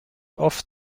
oft